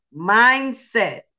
mindset